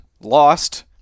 lost